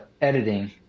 editing